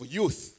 youth